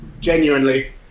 Genuinely